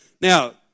Now